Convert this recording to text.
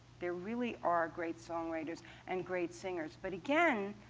they really are great songwriters and great singers. but again,